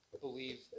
believe